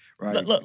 right